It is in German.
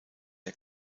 der